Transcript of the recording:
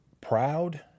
proud